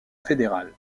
fédéral